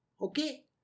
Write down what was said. Okay